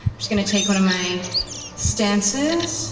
just going to take one of my stances